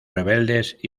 rebeldes